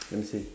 let me see